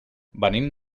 venim